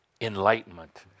enlightenment